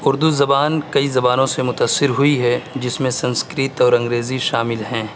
اردو زبان کئی زبانوں سے متاثر ہوئی ہے جس میں سنسکرت اور انگریزی شامل ہیں